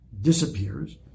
disappears